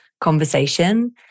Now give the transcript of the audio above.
conversation